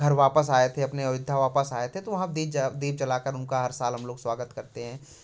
घर वापस आये थे अपने अयोध्या वापस आये थे तो वहाँ दीप जला दीप जला कर हर साल उनका हम लोग स्वागत करते हैं